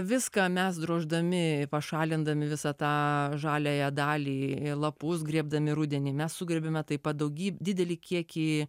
viską mes droždami pašalindami visą tą žaliąją dalį lapus griebdami rudenį mes sugriebėme taip pat daugybę didelį kiekį